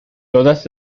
todas